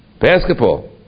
basketball